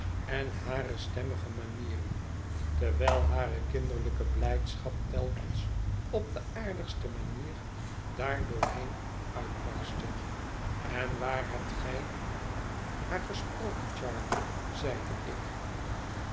en hare stemmige manieren terwijl hare kinderlijke blijdschap telkens op de aardigste manier daardoorheen uitbarstte en waar hebt gij haar gesproken charley zeide ik